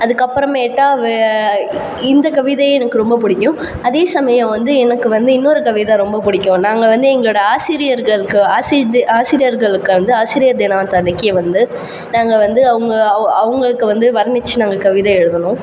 அதுக்கப்பபுறமேட்டா வே இந்த கவிதையும் எனக்கு ரொம்ப பிடிக்கும் அதே சமயம் வந்து எனக்கு வந்து இன்னொரு கவிதை ரொம்ப பிடிக்கும் நாங்கள் வந்து எங்களோடய ஆசிரியர்களுக்கு ஆசிரியர் தி ஆசி ஆசிரியர்களுக்கு வந்து ஆசிரியர் தினத்தன்னைக்கு வந்து நாங்கள் வந்து அவங்க அவ் அவங்களுக்கு வந்து வர்ணித்து நாங்கள் கவிதை எழுதினோம்